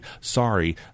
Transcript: sorry